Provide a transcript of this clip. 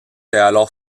alors